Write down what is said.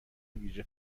ویژه